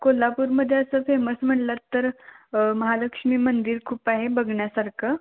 कोल्हापूरमध्ये असं फेमस म्हणलात तर महालक्ष्मी मंदिर खूप आहे बघण्यासारखं